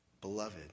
beloved